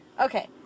Okay